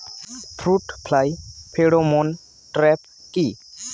Fruit fly pheromone trap কি?